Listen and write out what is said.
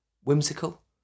whimsical